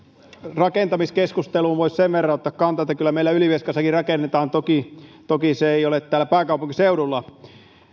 rakentamiskeskusteluun voisin sen verran ottaa kantaa että kyllä meillä ylivieskassakin rakennetaan toki toki se ei ole täällä pääkaupunkiseudulla